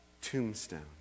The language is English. tombstone